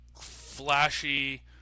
flashy